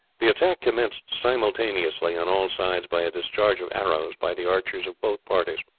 the attack commenced simultaneously on all sides by a discharge of arrows by the archers of both parties.